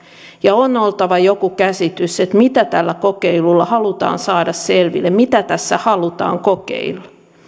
ja on oltava joku käsitys mitä tällä kokeilulla halutaan saada selville mitä tässä halutaan